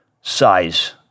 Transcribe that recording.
size